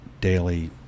daily